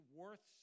worth